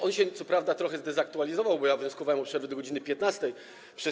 On się co prawda trochę zdezaktualizował, bo ja wnioskowałem o przerwę do godz. 15.